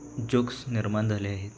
jokes निर्माण झाले आहेत